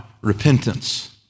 repentance